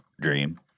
dream